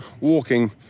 walking